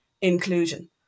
inclusion